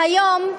והיום,